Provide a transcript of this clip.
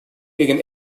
gegen